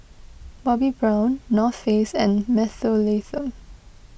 Bobbi Brown North Face and Mentholatum